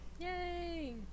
Yay